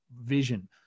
vision